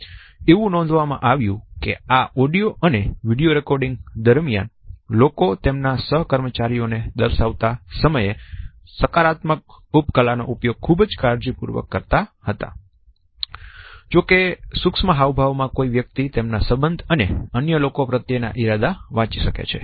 એવું નોંધવામાં આવ્યું કે આ ઓડિયો અને વિડિયો રેકોર્ડિંગ દરમિયાન લોકો તેમના સહકર્મચારીઓ ને દર્શાવતા સમયે સકારાત્મક ઉપકલાનો ઉપયોગ ખૂબ કાળજી પૂર્વક કરતાજો કે સૂક્ષ્મ હાવભાવ માં કોઈ વ્યક્તિ તેમના સંબંધ અને અન્ય લોકો પ્રત્યે ના ઇરાદા વાંચી શકે છે